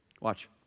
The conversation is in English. Watch